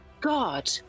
God